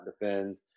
defend